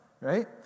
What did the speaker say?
Right